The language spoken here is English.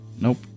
Nope